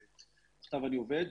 שאתם אני עובד,